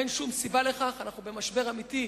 אין שום סיבה לכך, אנחנו במשבר אמיתי.